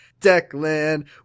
Declan